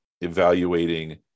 evaluating